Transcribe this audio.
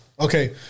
Okay